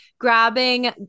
Grabbing